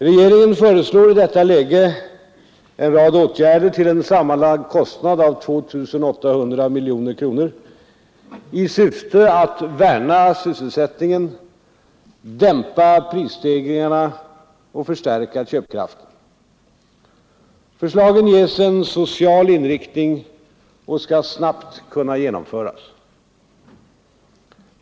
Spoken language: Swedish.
Regeringen föreslår i detta läge en rad åtgärder till en sammanlagd kostnad av 2 800 miljoner kronor i syfte att värna sysselsättningen, dämpa prisstegringarna och förstärka köpkraften. Förslagen ges en social inriktning och skall snabbt kunna genomföras.